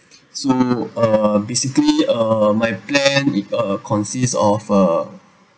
so uh basically uh my plan uh consists of uh